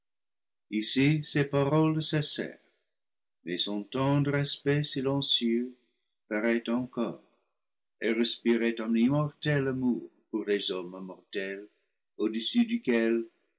ses paroles cessèrent mais son tendre aspect silencieux parait encore et respirait un immortel amour pour les hommes mortels au-dessus duquel